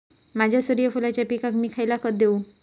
माझ्या सूर्यफुलाच्या पिकाक मी खयला खत देवू?